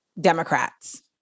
Democrats